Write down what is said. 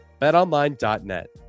betonline.net